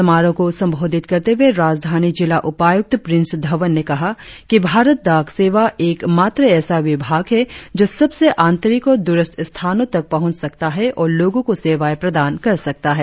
समारोह को संबोधित करते हुए राजधानी जिला उपायुक्त प्रिंस धवन ने कहा कि भारत डाक सेवा एकमात्र ऐसा विभाग है जो सबसे आंतरिक और दूरस्थस्थानों तक पहुंच सकता है और लोगों को सेवाएं प्रदान कर सकता है